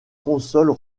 consoles